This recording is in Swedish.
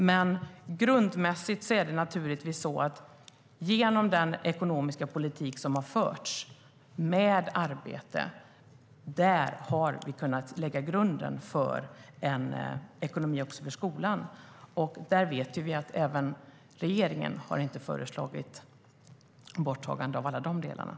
Men det är naturligtvis så att vi genom den ekonomiska politik som förts för arbete har kunnat lägga grunden för en ekonomi också för skolan, och regeringen har inte föreslagit borttagande av alla de delarna.